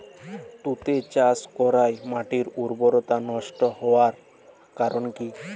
তুতে চাষ করাই মাটির উর্বরতা নষ্ট হওয়ার কারণ কি?